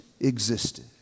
existed